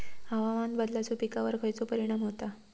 हवामान बदलाचो पिकावर खयचो परिणाम होता?